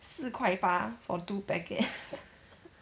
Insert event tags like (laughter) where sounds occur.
四块八 for two packets (laughs)